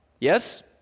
yes